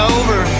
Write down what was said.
over